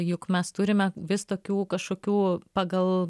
juk mes turime vis tokių kažkokių pagal